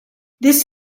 this